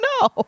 No